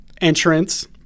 entrance